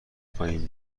پایین